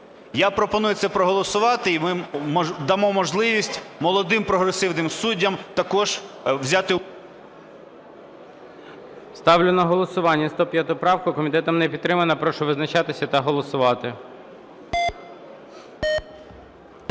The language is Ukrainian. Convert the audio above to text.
Я пропоную це проголосувати, і ми дамо можливість молодим прогресивним суддям також взяти... ГОЛОВУЮЧИЙ. Ставлю на голосування 105 правку. Комітетом не підтримана. Прошу визначатися та голосувати. 11:15:49